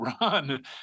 run